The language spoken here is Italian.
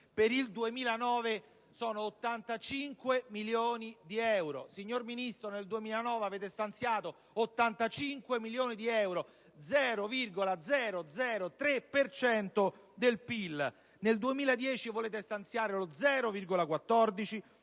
per il 2009 sono 85 milioni di euro. Signor Ministro, nel 2009 avete stanziato 85 milioni di euro, pari allo 0,003 per cento del PIL; nel 2010 volete stanziare lo 0,14